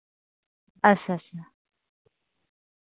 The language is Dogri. अच्छा अच्छा